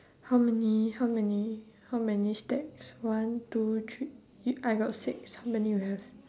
how many how many how many stacks one two three I got six how many you have